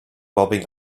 bobbing